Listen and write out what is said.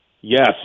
Yes